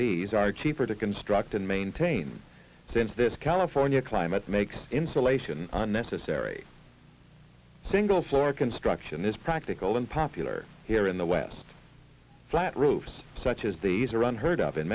these are cheaper to construct and maintain since this california climate makes insulation unnecessary single floor construction is practical and popular here in the west flat roofs such as these are on heard of in